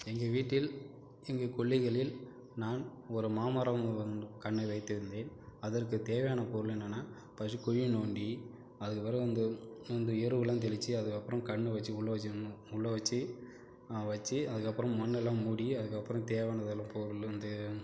எங்கள் வீட்டில் எங்கள் கொல்லைகளில் நான் ஒரு மாமரம் வந் கன்று வைத்திருந்தேன் அதற்கு தேவையான பொருள் என்னென்னா ஃபர்ஸ்ட்டு குழியை நோண்டி அதற்கப்பறம் இந்தோ இந்த எருவைலாம் தெளிச்சு அதற்கப்பறம் கன்று வச்சு உள்ள வச்சிடணும் உள்ளே வச்சு வச்சு அதற்கப்பறம் மண்ணுலாம் மூடி அதற்கப்பறம் தேவையானதெல்லாம் பொருள் இந்த